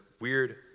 weird